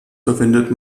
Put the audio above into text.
verwendet